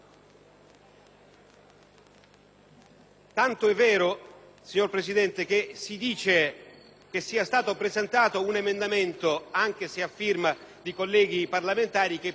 Tanto è vero, signor Presidente, che si dice che sia stato presentato un emendamento, anche se a firma di colleghi parlamentari, che pone già